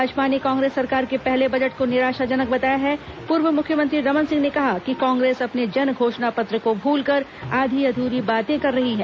भाजपा ने कांग्रेस सरकार के पहले बजट को निराशाजनक बताया है पूर्व मुख्यमंत्री रमन सिंह ने कहा कि कांग्रेस अपने जन घोषणा पत्र को भूलकर आधी अधूरी बातें कर रही है